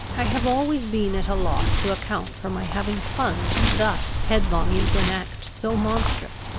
i have always been at a loss to account for my having plunged thus headlong into an act so monstrous.